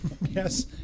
yes